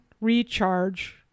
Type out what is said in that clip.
recharge